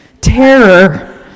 terror